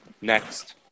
Next